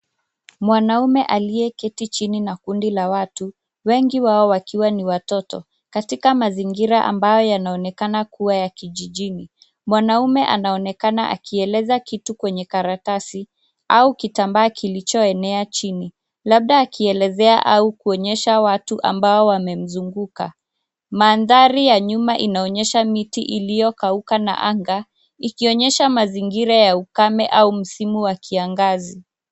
Mwanaume aliyeketi chini na kundi la watu, wengi wao wakiwa ni watoto, katika mazingira ambayo yanaonekana kuwa ya kijijini. Mwanaume anaonekana akieleza kitu kwenye karatasi au kitambaa kilichoenea chini, labda akielezea au akionyesha watu ambao wamemzunguka. Mandhari ya nyuma inaonyesha miti iliyokauka na anga, ikionyesha mazingira ya ukame au msimu wa kiangazi.